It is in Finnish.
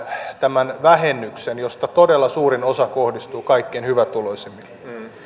tämän vähennyksen josta todella suurin osa kohdistuu kaikkein hyvätuloisimmille